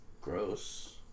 Gross